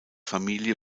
familie